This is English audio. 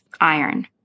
iron